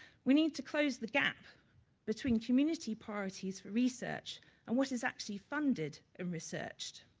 we need to close the gap between community priorities research and what is actually funded in researched.